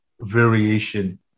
variation